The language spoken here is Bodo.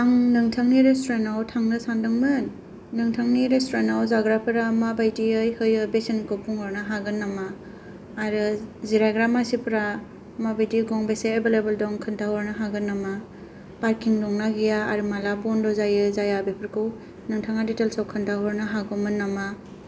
आं नोंथांनि रेस्थुरेन्टआव थांनो सानदोंमोन नोंथांनि रेस्थुरेन्टआव जाग्राफोरा माबायदियै होयो बेसेनफोरखौ बुंहरनो हागोन नामा आरो जिरायग्रा मासिफोरा माबादि गंबेसे एबेलेबेल दं खोन्थाहरनो हागोन नामा पारकिं दंना गैया आरो माला बन्द' जायो जाया बेफोरखौ नोंथाङा दितेलच आव खिन्थाहरनो हागौमोन नामा